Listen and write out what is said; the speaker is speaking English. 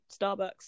starbucks